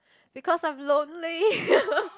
because I am lonely